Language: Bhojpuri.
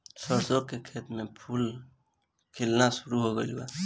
सरसों के खेत में फूल खिलना शुरू हो गइल बा